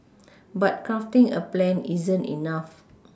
but crafting a plan isn't enough